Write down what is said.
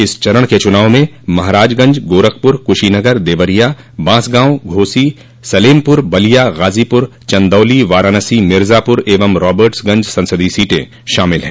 इस चरण के चुनाव में महराजगंज गोरखपुर कुशीनगर देवरिया बांसगांव घोसी सलेमपुर बलिया गाजीपर चंदौली वाराणसी मिर्जापुर एवं राबर्टसगंज संसदीय सीटें शामिल हैं